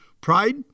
Pride